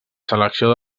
selecció